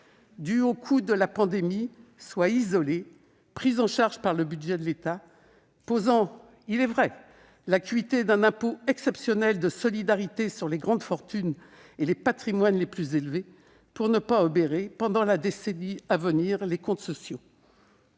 due au coût de la pandémie soit isolée et prise en charge par le budget de l'État, posant avec acuité la question d'un impôt exceptionnel de solidarité sur les grandes fortunes et les patrimoines les plus élevés pour ne pas obérer les comptes sociaux